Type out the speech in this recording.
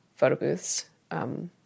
Photobooths